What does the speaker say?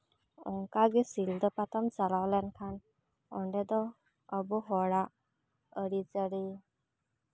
ᱚᱱᱟᱠᱜᱮ ᱥᱤᱞᱫᱟᱹ ᱯᱟᱛᱟᱢ ᱪᱟᱞᱟᱣ ᱞᱮᱱᱠᱷᱟᱱ ᱚᱸᱰᱮ ᱫᱚ ᱟᱵᱚ ᱦᱚᱲᱟᱜ ᱟᱹᱨᱤᱪᱟᱹᱞᱤ